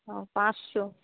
ও পাঁচশো